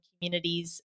communities